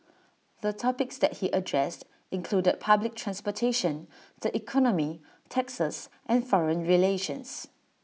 the topics that he addressed included public transportation the economy taxes and foreign relations